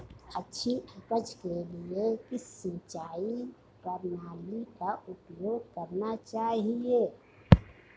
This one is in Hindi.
अच्छी उपज के लिए किस सिंचाई प्रणाली का उपयोग करना चाहिए?